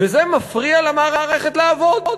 וזה מפריע למערכת לעבוד,